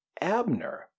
Abner